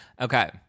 Okay